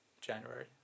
January